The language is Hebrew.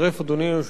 אדוני היושב-ראש,